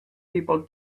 people